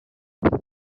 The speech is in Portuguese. casa